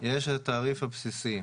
יש את התעריף הבסיסי.